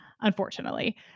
unfortunately